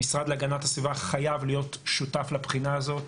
המשרד להגנת הסביבה חייב להיות שותף לבחינה הזאת.